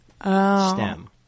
stem